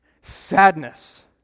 sadness